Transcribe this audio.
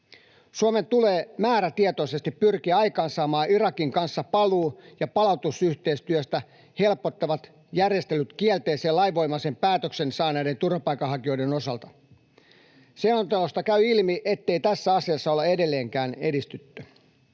Suomen tulee määrätietoisesti pyrkiä aikaansaamaan Irakin kanssa paluu- ja palautusyhteistyötä helpottavat järjestelyt kielteisen ja lainvoimaisen päätöksen saaneiden turvapaikanhakijoiden osalta. Selonteosta kävi ilmi, ettei tässä asiassa olla edelleenkään edistytty.